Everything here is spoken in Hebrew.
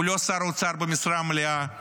הוא לא שר אוצר במשרה מלאה,